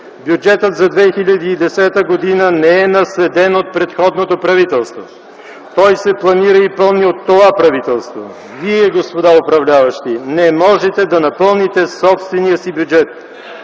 Бюджетът за 2010 г. не е наследен от предходното правителство, той се планира и се пълни от това правителство. Вие, господа управляващи, не можете да напълните собствения си бюджет.